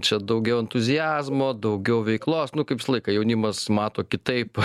čia daugiau entuziazmo daugiau veiklos nu kaip visą laiką jaunimas mato kitaip